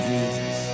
Jesus